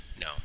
No